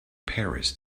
paris